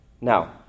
Now